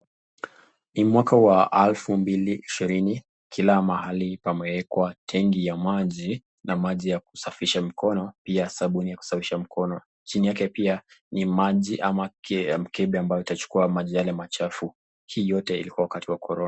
Ni mwaka wa alfu mbili ishirini, kila mahali yamewekwa tengi ya maji na maji ya kusafisha mikono, na pia sabuni ya kusafisha mikono chini yake, ni mkebe ambaye itachukua yale maji ambaye ni machafu, hii yote ilikuwa wakati wa korona.